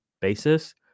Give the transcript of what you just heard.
basis